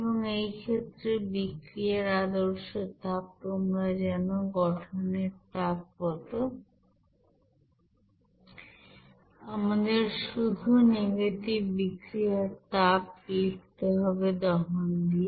এবং এই ক্ষেত্রে বিক্রিয়ার আদর্শ তাপ তোমরা জানো গঠনের তাপ কত আমাদের শুধু নেগেটিভ বিক্রিয়ার তাপ লিখতে হবে দহন দিয়ে